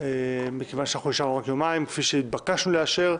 מכיוון שנשאר לנו רק יומיים, כפי שהתבקשנו לאשר,